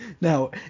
Now